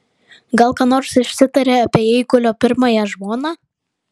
gal ką nors išsitarė apie eigulio pirmąją žmoną